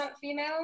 female